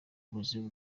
buzima